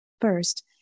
First